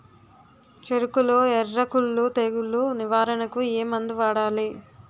చెఱకులో ఎర్రకుళ్ళు తెగులు నివారణకు ఏ మందు వాడాలి?